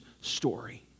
story